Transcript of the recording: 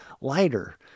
lighter